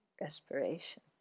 respiration